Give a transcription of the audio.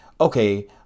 okay